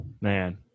Man